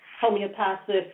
homeopathic